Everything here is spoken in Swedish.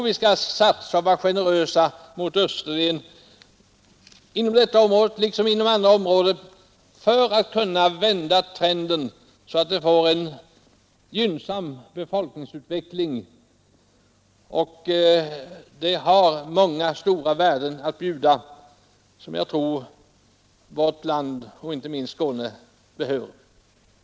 Vi bör vara generösa mot Österlen på detta liksom på andra områden för att kunna vända trenden så att befolkningsutvecklingen blir gynnsam. Denna landsända har många värden att bjuda som jag tror att vårt land, och inte minst Skåne, behöver.